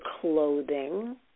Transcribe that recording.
clothing